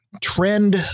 trend